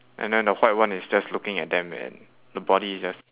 and then the white one is just looking at them and the body is just